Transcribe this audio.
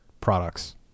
products